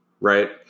right